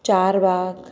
चारि बाग